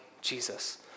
Jesus